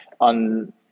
on